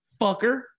Fucker